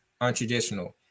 untraditional